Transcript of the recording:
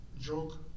joke